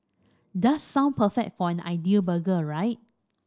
does sound perfect for an ideal burger right